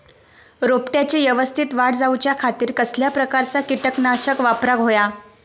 रोपट्याची यवस्तित वाढ जाऊच्या खातीर कसल्या प्रकारचा किटकनाशक वापराक होया?